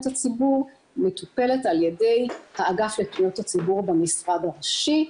הציבור מטופלת על ידי האגף לפניות הציבור במשרד הראשי.